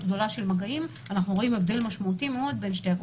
גדולה של מגעים אנחנו רואים הבדל משמעותי בין שתי הקבוצות.